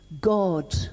God